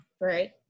right